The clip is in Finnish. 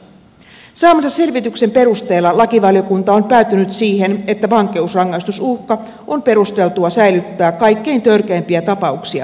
saamansa selvityksen perusteella lakivaliokunta on päätynyt siihen että vankeusrangaistusuhka on perusteltua säilyttää kaikkein törkeimpiä tapauksia varten